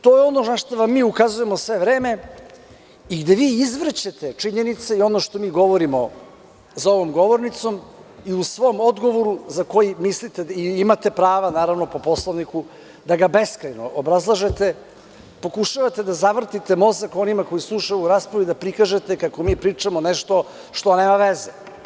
To je ono na šta vam mi ukazujemo sve vreme i gde vi izvrćete činjenice i ono što govorimo za onom govornicom i u svom odgovoru, za koji mislite i imate prava po Poslovniku da ga beskrajno obrazlažete, pokušavate da zavrtite mozak onima koji su ušli u ovu raspravu i da prikažete kako mi pričamo nešto što nema veze.